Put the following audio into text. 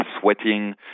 sweating